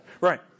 right